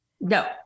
No